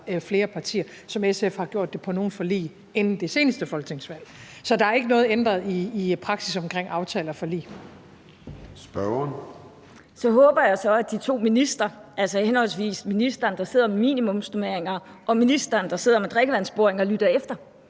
flere partier, som SF har gjort det på nogle forlig inden det seneste folketingsvalg. Så der er ikke noget ændret i praksis omkring aftaler og forlig. Kl. 13:38 Formanden (Søren Gade): Spørgeren. Kl. 13:38 Pia Olsen Dyhr (SF): Så håber jeg så, at de to ministre, altså henholdsvis ministeren, der sidder med minimumsnormeringer, og ministeren, der sidder med drikkevandsboringer, lytter efter,